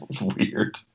Weird